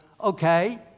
okay